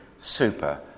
super